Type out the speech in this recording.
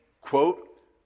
quote